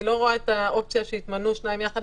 אני לא רואה את האופציה שיתמנו שניים יחד